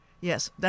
Yes